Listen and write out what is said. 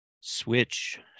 switch